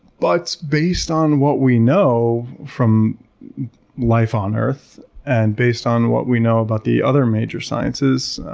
but based on what we know from life on earth and based on what we know about the other major sciences,